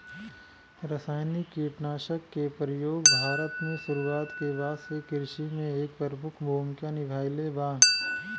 रासायनिक कीटनाशक के प्रयोग भारत में शुरुआत के बाद से कृषि में एक प्रमुख भूमिका निभाइले बा